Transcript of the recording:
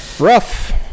rough